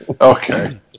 Okay